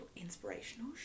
inspirational